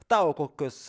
tau kokios